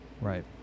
right